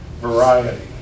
variety